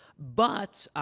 but